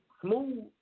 Smooth